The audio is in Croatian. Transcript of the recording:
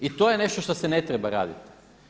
I to je nešto što se ne treba raditi.